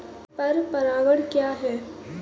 पर परागण क्या है?